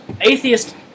Atheist